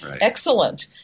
Excellent